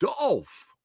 Dolph